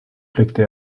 blickte